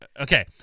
Okay